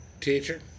Teacher